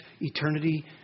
eternity